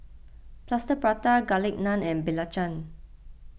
Plaster Prata Garlic Naan and Belacan